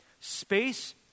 Space